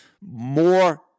more